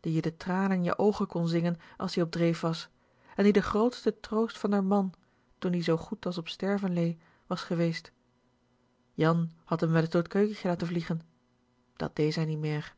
die je de tranen in je oogen kon zingen as-ie op dreef was en die de grootste troost van d'r man toen die zoo goed as op sterven lee was geweest jan had m wel is door t keukentje laten vliegen dat dee zij niemeer